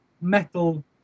metal